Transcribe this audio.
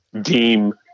deem